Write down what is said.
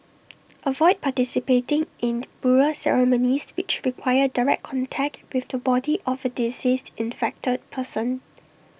avoid participating in burial ceremonies which require direct contact with the body of A deceased infected person